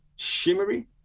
shimmery